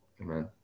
Amen